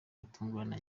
gutungurana